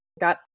got